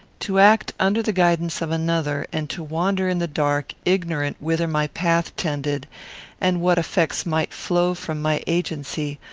to act under the guidance of another, and to wander in the dark, ignorant whither my path tended and what effects might flow from my agency,